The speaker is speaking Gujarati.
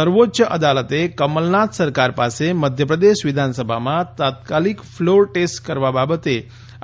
સર્વોચ્ચ અદાલતે કમલનાથ સરકાર પાસે મધ્યપ્રદેશ વિધાનસભામાં તાત્કાલિક ફ્લોરટેસ્ટ કરવા બાબતે